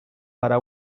para